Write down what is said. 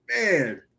Man